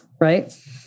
right